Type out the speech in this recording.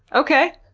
okay.